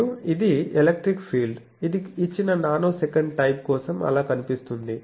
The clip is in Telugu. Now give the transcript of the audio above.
మరియు ఇది ఎలక్ట్రిక్ ఫీల్డ్ ఇది ఇచ్చిన నానోసెకండ్ టైప్ కోసం అలా కనిపిస్తుంది